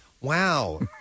Wow